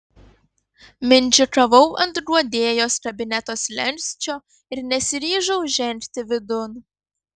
mindžikavau ant guodėjos kabineto slenksčio ir nesiryžau žengti vidun